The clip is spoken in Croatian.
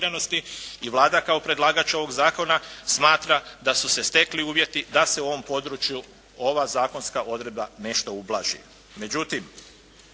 I Vlada kao predlagač ovoga zakona smatra da su se stekli uvjeti da se u ovom području ova zakonska odredba nešto ublaži. Međutim,